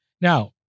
now